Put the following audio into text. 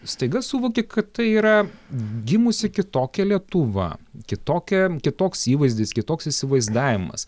staiga suvoki kad tai yra gimusi kitokia lietuva kitokia kitoks įvaizdis kitoks įsivaizdavimas